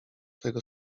tego